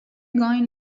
going